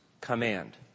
command